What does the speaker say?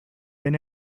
been